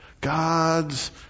God's